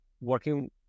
working